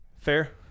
Fair